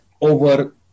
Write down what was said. over